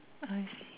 I see